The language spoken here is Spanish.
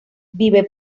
vive